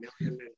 million